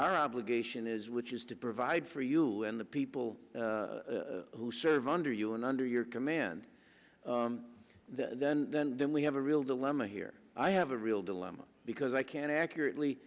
our obligation is which is to provide for you and the people who serve under you and under your command then then we have a real dilemma here i have a real dilemma because i can't accurately